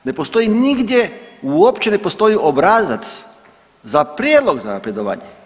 Ne postoji nigdje, uopće ne postoji obrazac za prijedlog za napredovanje.